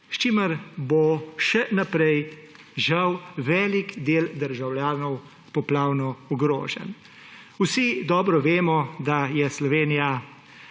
s čimer bo še naprej žal velik del državljanov poplavno ogrožen. Vsi dobro vemo, da je Slovenija